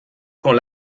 quand